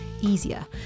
easier